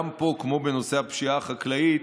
גם פה, כמו בנושא הפשיעה החקלאית,